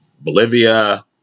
Bolivia